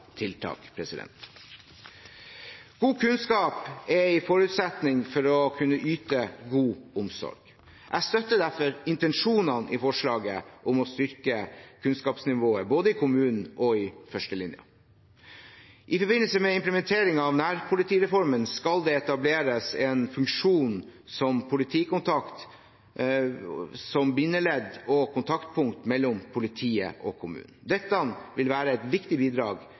tiltak. God kunnskap er en forutsetning for å kunne yte god omsorg. Jeg støtter derfor intensjonene i forslaget om å styrke kunnskapsnivået både i kommunen og i førstelinjen. I forbindelse med implementeringen av nærpolitireformen skal det etableres en funksjon som politikontakt, som bindeledd og kontaktpunkt mellom politiet og kommunen. Dette vil være et viktig bidrag